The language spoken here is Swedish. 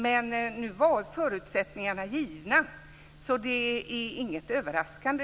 Men förutsättningarna var givna, så detta är inte något överraskande.